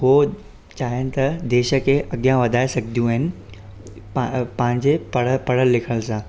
उहे चाहिनि त देश खे अॻियां वधाए सघंदियूं आहिनि पा अ पंहिंजे पढ़ पढ़ियलु लिखियलु सां